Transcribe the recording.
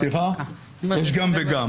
יש גם וגם.